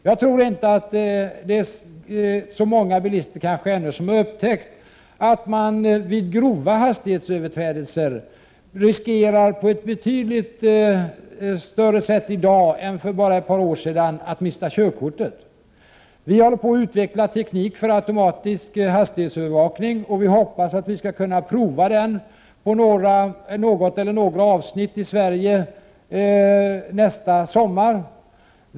Jag tror inte att så många bilister har upptäckt att vid grova hastighetsöverträdelser riskerar bilisten att på ett mera märkbart sätt än för ett par år sedan att mista körkortet. Det håller på att utvecklas teknik för automatisk hastighetsövervakning, och man hoppas att man skall kunna prova denna teknik på några vägavsnitt i Sverige nästa sommar.